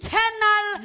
Eternal